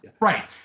Right